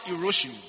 erosion